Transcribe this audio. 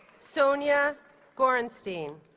sonia gorenstein